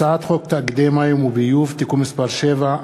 הצעת חוק תאגידי מים וביוב (תיקון מס' 7),